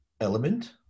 element